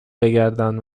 بگردان